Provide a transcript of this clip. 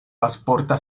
pasporta